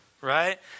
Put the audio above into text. right